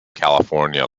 california